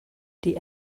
die